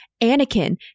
Anakin